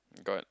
got